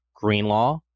Greenlaw